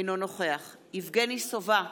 אינו נוכח יבגני סובה,